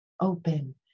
open